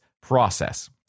process